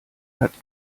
hat